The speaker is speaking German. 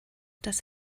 das